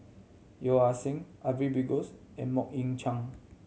Yeo Ah Seng Ariff Bongso and Mok Ying Jang